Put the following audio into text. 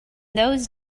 those